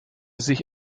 sich